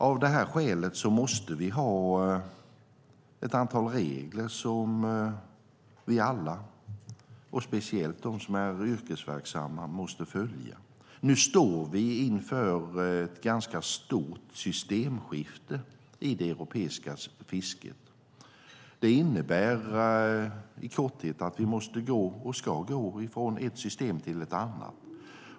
Av det här skälet måste vi ha ett antal regler som vi alla, speciellt de som är yrkesverksamma inom området, måste följa. Nu står vi inför ett ganska stort systemskifte i det europeiska fisket. Det innebär i korthet att vi måste och ska gå från ett system till ett annat.